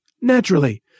Naturally